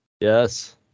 yes